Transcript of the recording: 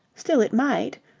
still, it might.